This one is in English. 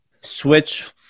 switch